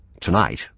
Tonight